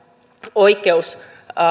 oikeus